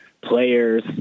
players